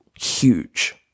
huge